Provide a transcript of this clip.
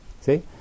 see